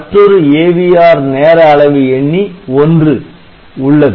மற்றொரு AVR நேர அளவிஎண்ணி 1 உள்ளது